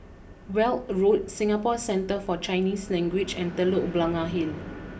Weld Road Singapore Centre for Chinese Language and Telok Blangah Hill